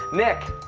nick?